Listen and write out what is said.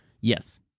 Yes